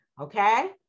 Okay